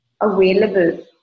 available